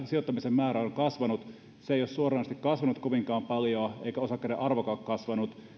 sijoittamisen määrä on kasvanut se ei ole suoranaisesti kasvanut kovinkaan paljoa eikä osakkeiden arvokaan ole kasvanut